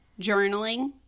journaling